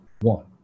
One